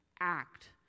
act